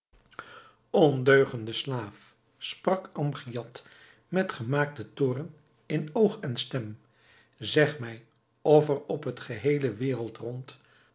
ondeugende slaaf sprak amgiad met gemaakten toorn in oog en stem zeg mij of er op het geheele wereldrond een